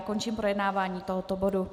Končím projednávání tohoto bodu.